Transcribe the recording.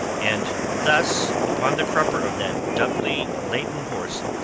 and thus, upon the crupper of that doubly-laden horse,